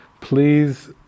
Please